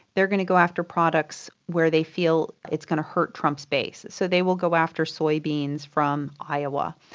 they're going to go after products where they feel it's going to hurt trump's base, so they will go after soya beans from iowa,